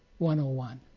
101